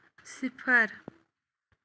صِفر